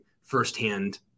firsthand